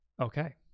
Okay